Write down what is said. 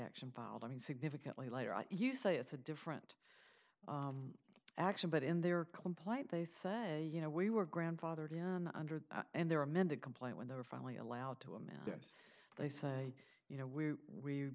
action filed i mean significantly later on you say it's a different action but in their complaint they say you know we were grandfathered under and there were men to complain when they were finally allowed to amend this they say you know when we